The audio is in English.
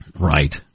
Right